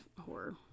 horror